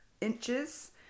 inches